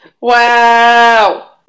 Wow